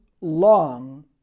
long